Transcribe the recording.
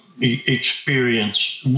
experience